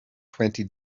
twenty